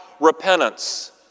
repentance